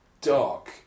dark